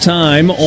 time